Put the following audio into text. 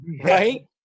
Right